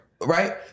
Right